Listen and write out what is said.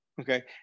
okay